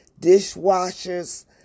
dishwashers